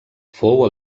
fou